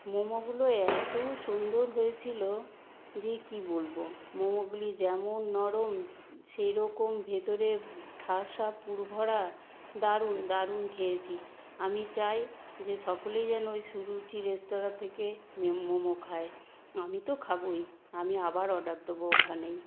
মোমোগুলো এতো সুন্দর হয়েছিলো যে কী বলবো মোমোগুলি যেমন নরম সেই রকম ভেতরের ঠাসা পুর ভরা দারুণ দারুণ খেয়েছি আমি চাই যে সকলেই যেন ওই সুরুচি রেস্তোরাঁ থেকে মেম মোমো খায় আমি তো খাবোই আমি আবার অর্ডার দোবো ওখানেই